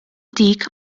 dik